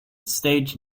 stage